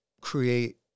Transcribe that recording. create